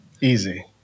Easy